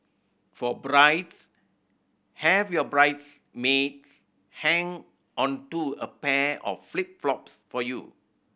for brides have your bridesmaids hang onto a pair of flip flops for you